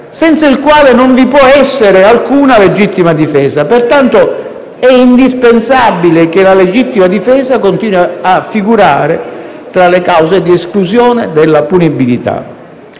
senza il quale non vi può essere alcuna legittima difesa. Pertanto, è indispensabile che la legittima difesa continui a figurare tra le cause di esclusione della punibilità.